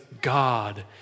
God